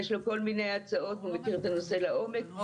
יש לו כל מיני הצעות והוא מכיר את הנושא לעומק.